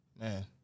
Man